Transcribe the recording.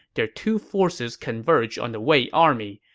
their two forces converged on the wei army.